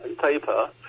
paper